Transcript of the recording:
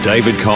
David